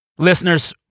Listeners